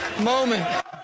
moment